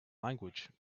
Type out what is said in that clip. language